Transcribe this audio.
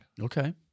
Okay